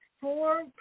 four